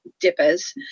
dippers